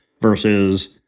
versus